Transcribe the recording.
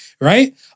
right